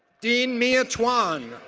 dean mia tuan,